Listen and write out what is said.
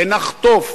ונחטוף,